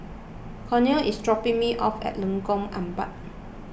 Cornel is dropping me off at Lengkong Empat